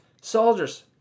soldiers